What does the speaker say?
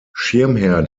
schirmherr